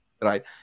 right